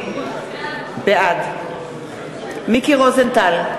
בעד מיקי רוזנטל,